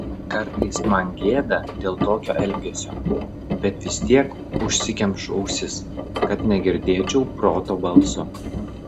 kartais man gėda dėl tokio elgesio bet vis tiek užsikemšu ausis kad negirdėčiau proto balso